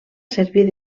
servir